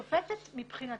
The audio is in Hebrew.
שופטת, מבחינתה,